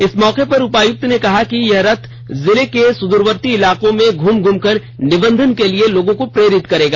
इस मौके पर उपायुक्त ने कहा कि यह रथ जिले के सुदुरवर्ती इलाकों में घूम घूम कर निबंधन के लिए प्रेरित करेगा